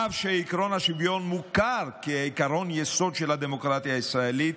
אף שעקרון השוויון מוכר כעקרון יסוד של הדמוקרטיה הישראלית,